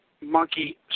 Monkey